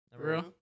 real